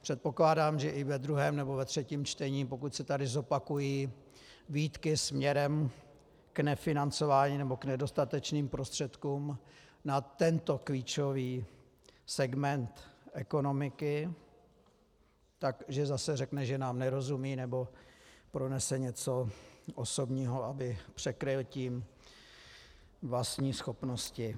Předpokládám, že i ve druhém nebo ve třetím čtení, pokud se tady zopakují výtky směrem k nefinancování nebo k nedostatečným prostředkům na tento klíčový segment ekonomiky, tak že zase řekne, že nám nerozumí, nebo pronese něco osobního, aby tím překryl vlastní schopnosti.